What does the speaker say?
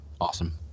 Awesome